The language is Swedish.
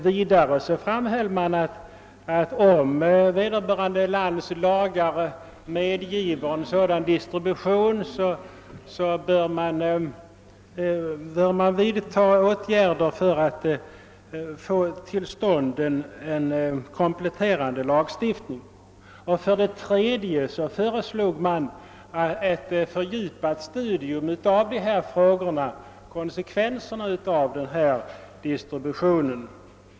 Vidare hävdades att om vederbörande lands lagar medgiver en sådan distribution, bör man vidta åtgärder för att få till stånd en kompletterande lagstiftning. Dessutom föreslogs ett fördjupat studium av konsekvenserna av denna distribution.